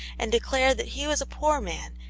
and declared that he was a poor man,